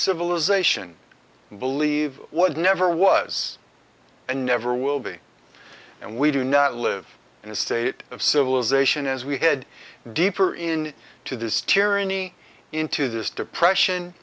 civilization and believe what never was and never will be and we do not live in a state of civilization as we head deeper in to this tyranny into this depression